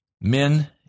men